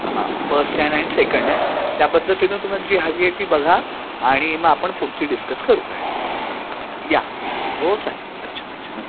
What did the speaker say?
हां first hand आणि second त्यापद्धतीनं तुम्हाला जी हवी आहे ती बघा आणि मग आपण पुढची डिस्कस करू काय असेल ते या या हो चालेल अच्छा अच्छा नमस्कार